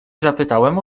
zapytałem